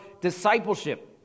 discipleship